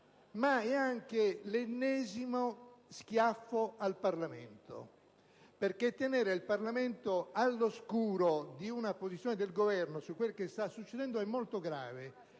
è anche l'ennesimo schiaffo al Parlamento. Infatti, tenere il Parlamento all'oscuro di una posizione del Governo su quel che sta succedendo è molto grave.